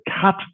cut